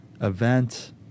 Event